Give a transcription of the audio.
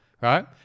right